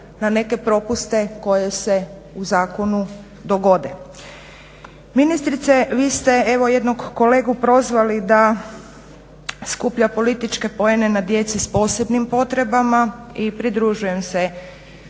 na neke propuste koji se u zakonu dogode. Ministrice, vi ste evo jednog kolegu prozvali da skuplja političke poene na djeci s posebnim potrebama i pridružujem se